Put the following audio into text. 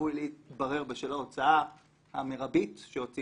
שצפוי להתברר בשל ההוצאה המרבית שהוציא